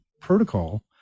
protocol